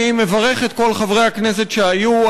אני מברך את כל חברי הכנסת שהיו,